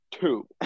two